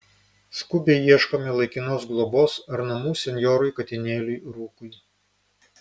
skubiai ieškome laikinos globos ar namų senjorui katinėliui rūkui